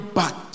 back